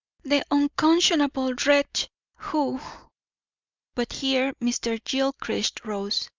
the unconscionable wretch who but here mr. gilchrist rose.